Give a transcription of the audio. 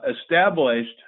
established